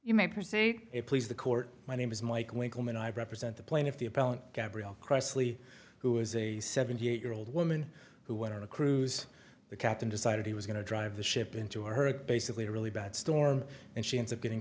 you may proceed please the court my name is mike winkleman i represent the plaintiff the appellant gabrielle crossly who is a seventy eight year old woman who went on a cruise the captain decided he was going to drive the ship into her basically a really bad storm and she ends up getting